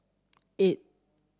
eight